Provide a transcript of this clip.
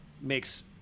makes